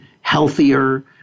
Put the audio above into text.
healthier